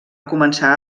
començar